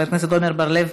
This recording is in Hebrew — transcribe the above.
חבר הכנסת עמר בר-לב,